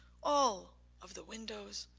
all of the windows.